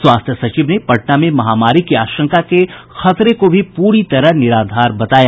स्वास्थ्य सचिव ने पटना में महामारी की आशंका के खतरे को भी प्री तरह निराधार बताया